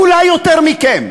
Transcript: אולי יותר מכם.